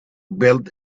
built